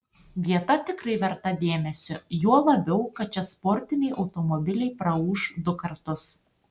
vieta tikrai verta dėmesio juo labiau kad čia sportiniai automobiliai praūš du kartus